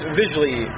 visually